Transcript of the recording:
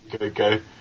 okay